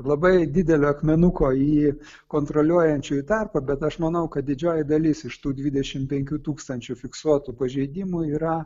labai didelio akmenuko į kontroliuojančiųjų tarpą bet aš manau kad didžioji dalis iš tų dvidešimt penkių tūkstančių fiksuotų pažeidimų yra